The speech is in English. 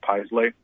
Paisley